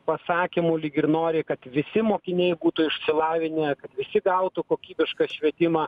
pasakymu lyg ir nori kad visi mokiniai būtų išsilavinę visi gautų kokybišką švietimą